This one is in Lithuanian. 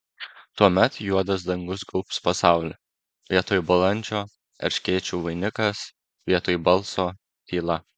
tuomet juodas dangus gaubs pasaulį vietoj balandžio erškėčių vainikas vietoj balso tyla